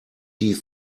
die